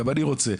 גם אני רוצה,